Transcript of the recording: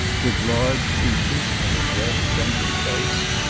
with large features and a red, friendly face.